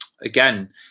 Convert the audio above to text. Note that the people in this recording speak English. Again